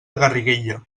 garriguella